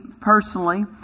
personally